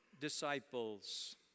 disciples